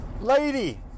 lady